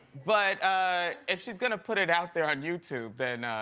but if she's gonna put it out there on youtube then.